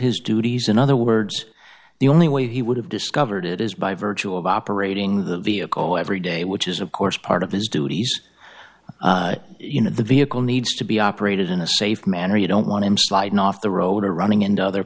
his duties in other words the only way he would have discovered it is by virtue of operating the vehicle every day which is of course part of his duties you know the vehicle needs to be operated in a safe manner you don't want him sliding off the road or running into other